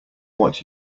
what